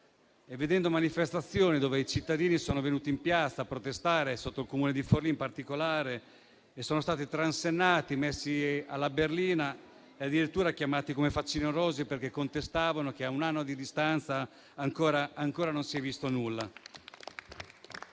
state manifestazioni, in cui i cittadini sono venuti in piazza a protestare, sotto il comune di Forlì in particolare, e sono stati transennati, messi alla berlina e addirittura chiamati facinorosi, perché contestavano che a un anno di distanza ancora non si sia visto nulla.